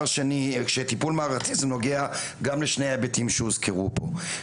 כשטיפול מערכתי זה נוגע גם לשני ההיבטים שהוזכרו פה.